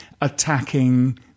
attacking